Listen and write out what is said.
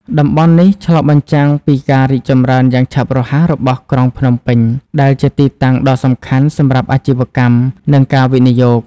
តំបន់នេះឆ្លុះបញ្ចាំងពីការរីកចម្រើនយ៉ាងឆាប់រហ័សរបស់ក្រុងភ្នំពេញ ដែលជាទីតាំងដ៏សំខាន់សម្រាប់អាជីវកម្ម និងការវិនិយោគ។